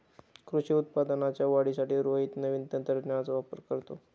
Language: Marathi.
कृषी उत्पादनाच्या वाढीसाठी रोहित नवीन तंत्रज्ञानाचा वापर करतो